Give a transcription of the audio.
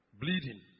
bleeding